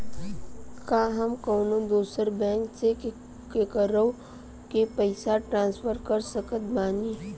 का हम कउनों दूसर बैंक से केकरों के पइसा ट्रांसफर कर सकत बानी?